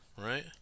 right